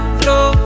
flow